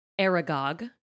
Aragog